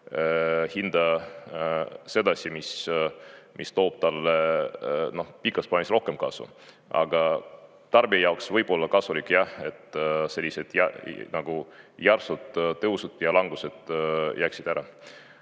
hinda sedasi, mis toob talle pikas plaanis rohkem kasu. Aga tarbija jaoks võib olla kasulik, et sellised nagu järsud tõusud ja langused jääksid ära.